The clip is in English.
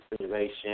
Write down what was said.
situation